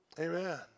Amen